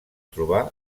trobar